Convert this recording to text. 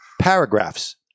paragraphs